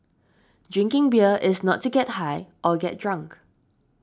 drinking beer is not to get high or get drunk